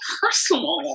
personal